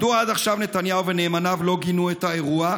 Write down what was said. מדוע עד עכשיו נתניהו ונאמניו לא גינו את האירוע?